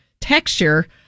texture